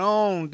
on